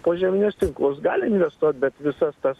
požeminius tinklus gali investuot bet visas tas